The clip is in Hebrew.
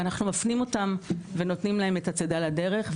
ואנחנו מפנים אותן ונותנים להן את הצידה לדרך,